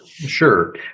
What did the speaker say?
Sure